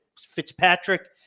Fitzpatrick